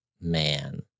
Man